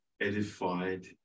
edified